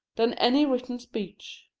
than any written speech.